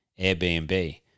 Airbnb